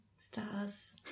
stars